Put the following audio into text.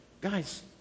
Guys